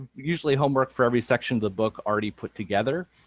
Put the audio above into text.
usually homework for every section of the book already put together.